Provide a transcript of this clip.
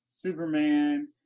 Superman